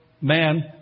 man